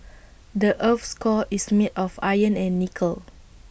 the Earth's core is made of iron and nickel